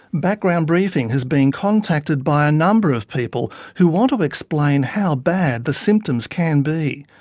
background briefing has been contacted by a number of people who want to explain how bad the symptoms can be.